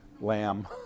lamb